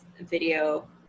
video